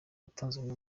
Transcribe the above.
yatanzwe